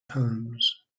palms